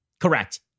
Correct